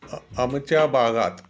आ आमच्या भागात